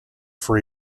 for